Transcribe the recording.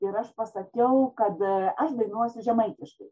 ir aš pasakiau kad aš dainuosiu žemaitiškai